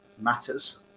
matters